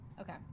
Okay